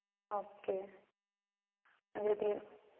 okay ꯑꯗꯨꯗꯤ